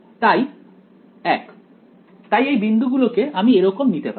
1 তাই এই বিন্দু গুলোকে আমি এরকম নিতে পারি